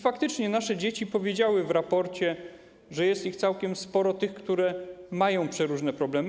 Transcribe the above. Faktycznie nasze dzieci powiedziały w raporcie, że jest całkiem sporo tych, które mają przeróżne problemy.